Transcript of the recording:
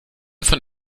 von